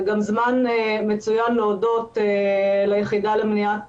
זה גם זמן מצוין להודות ליחידה למניעת